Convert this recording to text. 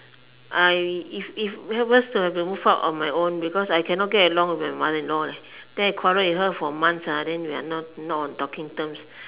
I if if worse to have to move out on my own because I cannot get along with my mother in law then I quarrel with her for months then we are not on talking terms